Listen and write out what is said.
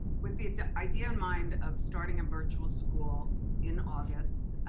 with the the idea in mind of starting a virtual school in august